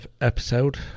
episode